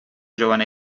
giovane